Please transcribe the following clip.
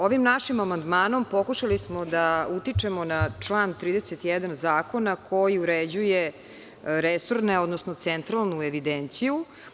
Ovim našim amandmanom smo pokušali da utičemo na član 31. zakona koji uređuje resornu, odnosno centralnu evidenciju.